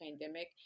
pandemic